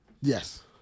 Yes